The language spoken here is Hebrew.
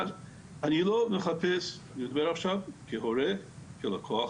אני לא מחפש לדבר עכשיו כהורה, כלקוח,